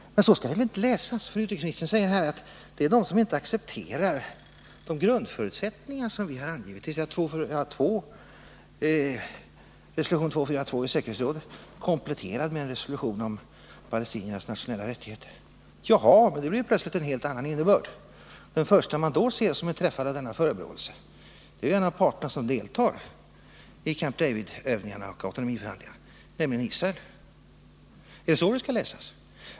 Men så skall det alltså inte läsas, för utrikesministern säger här att 19 november 1979 det är de som inte accepterar de grundförutsättningar som har angivits i säkerhetsrådets resolution 242, kompletterad med en resolution om palesti Om förhållandena niernas nationella rättigheter. Jaha, då blir det plötsligt en helt annan —; Mellanöstern innebörd i meningen. Den första man då ser som är träffad av denna förebråelse är en av parterna som deltar i Camp David-övningarna och autonomiförhandlingarna, nämligen Israel. Det är så det skall läsas.